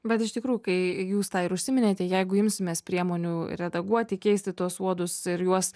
bet iš tikrųjų kai jūs tą ir užsiminėte jeigu imsimės priemonių redaguoti keisti tuos uodus ir juos